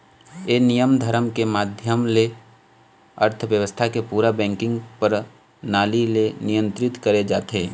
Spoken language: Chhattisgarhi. ये नियम धरम के माधियम ले अर्थबेवस्था के पूरा बेंकिग परनाली ले नियंत्रित करे जाथे